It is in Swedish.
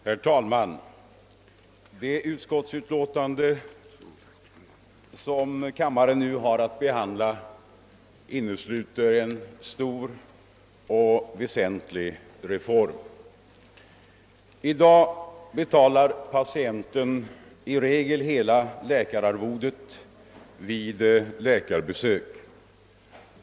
Herr talman! Det utskottsutlåtande som kammaren nu har att behandla innesluter en stor och väsentlig reform. I dag betalar patienten i regel hela läkararvodet vid läkarbesök.